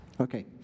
Okay